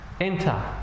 enter